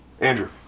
Andrew